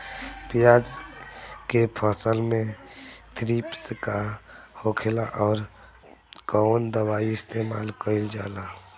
प्याज के फसल में थ्रिप्स का होखेला और कउन दवाई इस्तेमाल कईल जाला?